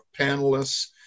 panelists